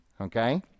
Okay